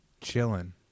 chilling